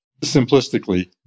simplistically